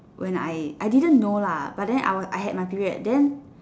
when I I didn't know lah but then I would I had my period then